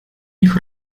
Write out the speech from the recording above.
них